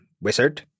wizard